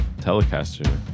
Telecaster